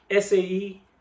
SAE